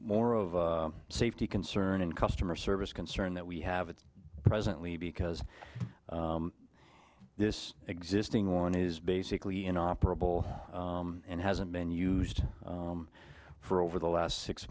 more of a safety concern and customer service concern that we have it presently because this existing one is basically in operable and hasn't been used for over the last six